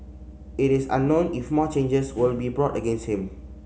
it is unknown if more changes will be brought against him